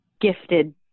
gifted